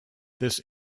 this